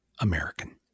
American